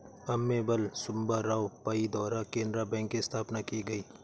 अम्मेम्बल सुब्बा राव पई द्वारा केनरा बैंक की स्थापना की गयी